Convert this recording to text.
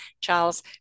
Charles